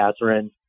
Catherine